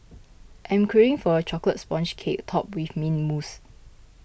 I am craving for a Chocolate Sponge Cake Topped with Mint Mousse